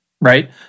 right